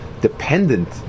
dependent